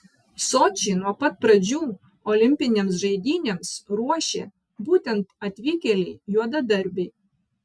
sočį nuo pat pradžių olimpinėms žaidynėms ruošė būtent atvykėliai juodadarbiai